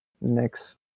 next